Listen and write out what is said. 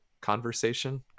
conversation